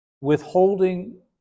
Withholding